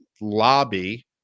lobby